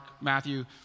Matthew